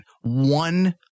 One